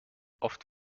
oft